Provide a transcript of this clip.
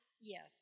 Yes